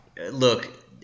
Look